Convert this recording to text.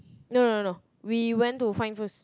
no no no we went to find first